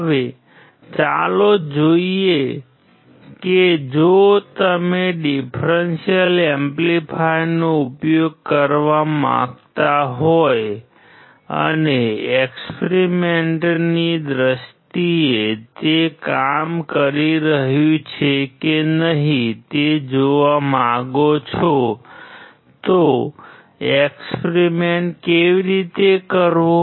હવે ચાલો જોઈએ કે જો તમે ડીફ્રેન્શિઅલ એમ્પ્લીફાયરનો ઉપયોગ કરવા માંગતા હોય અને એક્સપેરિમેન્ટની દ્રષ્ટિએ તે કામ કરી રહ્યું છે કે નહીં તે જોવા માંગો છો તો એક્સપેરિમેન્ટ કેવી રીતે કરવો